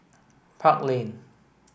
Park Lane